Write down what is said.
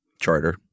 charter